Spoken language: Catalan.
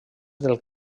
del